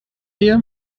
der